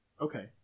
Okay